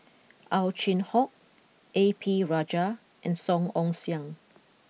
Ow Chin Hock A P Rajah and Song Ong Siang